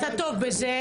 אתה טוב בזה.